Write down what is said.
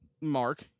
Mark